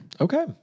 Okay